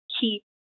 keep